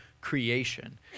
creation